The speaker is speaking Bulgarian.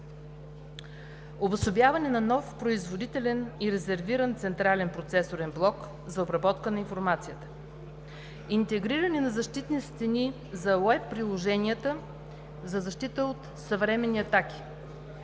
обособяване на нов производителен и резервиран централен процесорен блок за обработка на информацията; интегриране на защитни стени за уеб приложенията за защита от съвременни атаки;